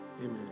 Amen